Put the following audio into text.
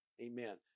Amen